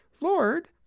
Lord